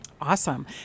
Awesome